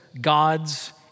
God's